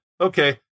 Okay